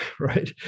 right